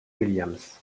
williams